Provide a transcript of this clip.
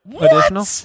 additional